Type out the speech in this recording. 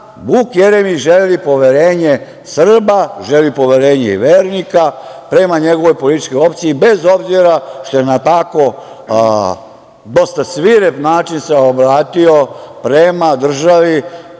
Vuk Jeremić želi poverenje Srba, želi poverenje vernika prema njegovoj političkoj opciji, bez obzira što se na tako dosta svirep način obratio prema državi